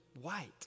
white